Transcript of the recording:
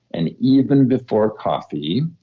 and even before coffee,